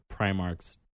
Primarchs